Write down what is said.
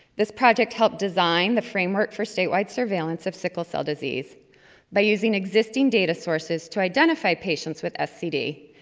this project helped design the framework for statewide surveillance of sickle cell disease by using existing data sources to identify patients with scd,